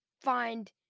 find